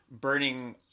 Burning